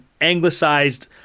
anglicized